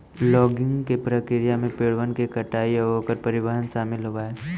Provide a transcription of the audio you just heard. logging के प्रक्रिया में पेड़बन के कटाई आउ ओकर परिवहन शामिल होब हई